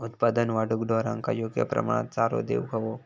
उत्पादन वाढवूक ढोरांका योग्य प्रमाणात चारो देऊक व्हयो